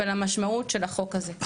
ולמשמעות של החוק הזה.